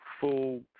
full